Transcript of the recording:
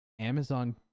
Amazon